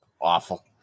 awful